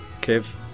Kev